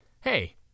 Hey